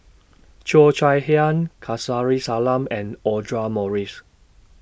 Cheo Chai Hiang Kamsari Salam and Audra Morrice